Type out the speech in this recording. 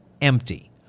empty